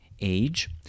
age